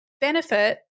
benefit